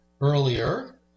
earlier